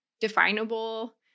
definable